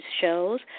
shows